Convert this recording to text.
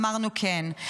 אמרנו: כן.